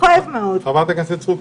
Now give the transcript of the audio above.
תודה רבה חברת הכנסת סטרוק.